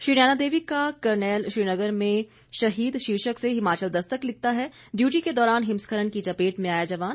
श्री नयना देवी का करनैल श्रीनगर में शहीद शीर्षक से हिमाचल दस्तक लिखता है डयूटी के दौरान हिमस्खलन की चपेट में आया जवान